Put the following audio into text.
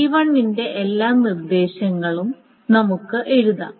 T 1 ന്റെ എല്ലാ നിർദ്ദേശങ്ങളും ഞങ്ങൾ നമുക്ക് എഴുതാം